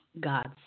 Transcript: God's